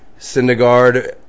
Syndergaard